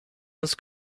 uns